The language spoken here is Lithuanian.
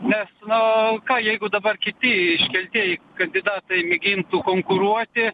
mes na ką jeigu dabar kiti iškeltieji kandidatai imtų konkuruoti